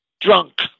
drunk